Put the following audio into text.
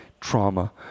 trauma